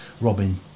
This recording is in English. Robin